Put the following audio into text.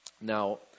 now